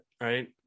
right